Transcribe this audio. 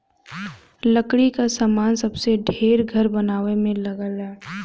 लकड़ी क सामान सबसे ढेर घर बनवाए में लगला